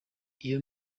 iyo